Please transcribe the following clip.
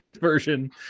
version